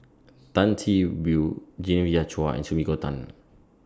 Tan See Boo Genevieve Chua and Sumiko Tan